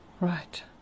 Right